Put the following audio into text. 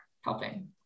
helping